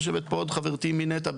יושבת פה חברתי מנת"ע,